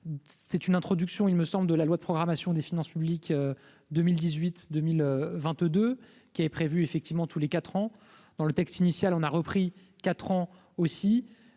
c'est une introduction, il me semble, la loi de programmation des finances publiques 2018, 2022 qui est prévu, effectivement, tous les 4 ans dans le texte initial, on a repris 4 ans aussi,